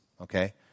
okay